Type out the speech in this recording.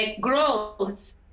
Growth